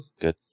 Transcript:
good